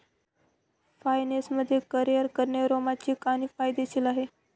finance मध्ये career करणे रोमांचित आणि फायदेशीर आहे